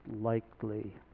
likely